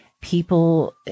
people